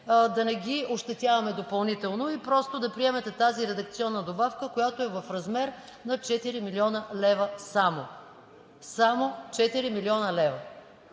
да не ги ощетяваме допълнително и просто да приемете тази редакционна добавка, която е в размер само на 4 млн. лв. – само 4 млн. лв.,